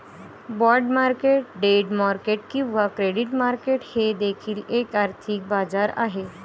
bond market debt market किंवा credit market हे देखील एक आर्थिक बाजार आहे